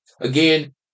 Again